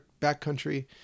backcountry